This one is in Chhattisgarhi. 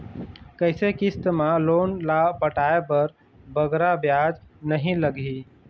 कइसे किस्त मा लोन ला पटाए बर बगरा ब्याज नहीं लगही?